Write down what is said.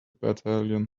battalion